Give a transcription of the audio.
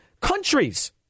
countries